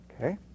Okay